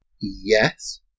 Yes